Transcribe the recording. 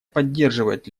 поддерживает